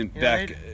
back